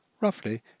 Roughly